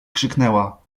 krzyknęła